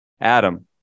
Adam